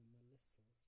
Melissa